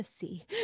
see